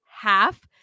half